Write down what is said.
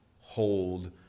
hold